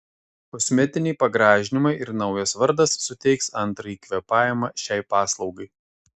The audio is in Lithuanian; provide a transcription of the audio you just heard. kosmetiniai pagražinimai ir naujas vardas suteiks antrąjį kvėpavimą šiai paslaugai